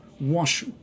wash